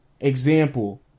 example